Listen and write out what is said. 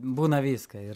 būna viską ir